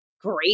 great